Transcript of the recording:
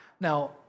Now